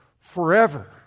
forever